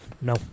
No